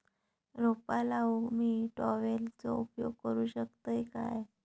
रोपा लाऊक मी ट्रावेलचो उपयोग करू शकतय काय?